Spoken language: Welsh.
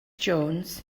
jones